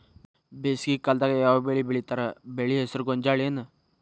ಬೇಸಿಗೆ ಕಾಲದಾಗ ಯಾವ್ ಬೆಳಿ ಬೆಳಿತಾರ, ಬೆಳಿ ಹೆಸರು ಗೋಂಜಾಳ ಏನ್?